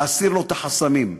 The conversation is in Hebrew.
להסיר לו את החסמים.